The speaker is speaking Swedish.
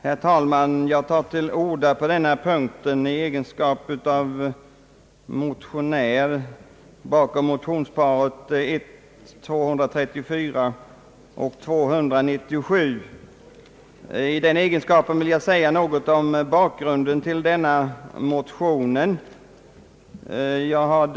Herr talman! Jag tar till orda i denna fråga i egenskap av motionär bakom motionsparet I: 234 och II: 297. I den egenskapen vill jag säga något om bakgrunden till motionsyrkandena.